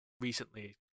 recently